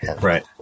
Right